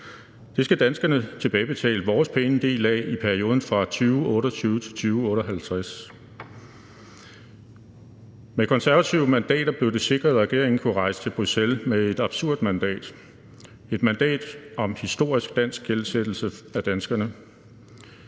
kr., skal danskerne tilbagebetale vores pæne del af i perioden fra 2028 til 2058. Med konservative mandater blev det sikret, at regeringen kunne rejse til Bruxelles med et absurd mandat – et mandat til historisk gældsættelse af danskerne.